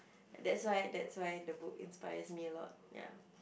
that's why that's why the book inspires me a lot ya